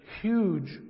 Huge